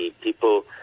people